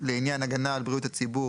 לעניין הגנה על בריאות הציבור,